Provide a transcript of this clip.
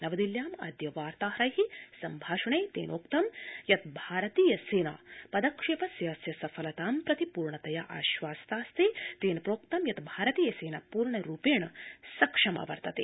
नवदिल्ल्यामद्य वार्ताहरै सम्भाषणे तेनोक्तं यत् भारतीय सेना पदक्षेपस्यास्य सफलताम्प्रति पूर्णतया आश्वस्तास्ति तेन प्रोक्तं यत् भारतीय सेना पूर्णरूपेण सक्षमा विद्यते